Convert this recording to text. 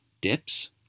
dips